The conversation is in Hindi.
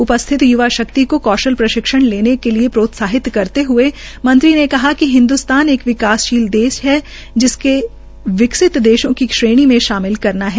उपस्थित य्वा शक्ति को कौशल प्रशिक्षण लेने के लिए प्रोत्साहित करते हए मंत्री ने कहा कि हिन्द्रस्तान एक विकासशील देश है जिससे विकसित देशों की श्रेणी में शामिल करना है